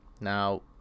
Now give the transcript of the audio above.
now